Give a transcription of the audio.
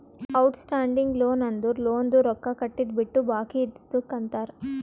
out standing loan ಅಂದುರ್ ಲೋನ್ದು ರೊಕ್ಕಾ ಕಟ್ಟಿದು ಬಿಟ್ಟು ಬಾಕಿ ಇದ್ದಿದುಕ್ ಅಂತಾರ್